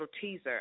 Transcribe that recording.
teaser